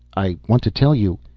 i want to tell you.